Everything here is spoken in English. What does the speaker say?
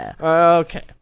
Okay